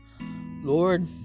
Lord